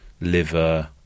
liver